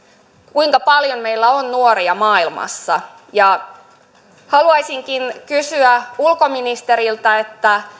kuinka paljon meillä on nuoria maailmassa haluaisinkin kysyä ulkoministeriltä